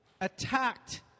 attacked